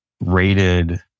rated